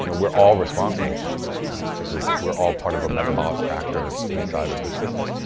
you know we're all responsible for it because we're all part of a metabolic factor inside of the system.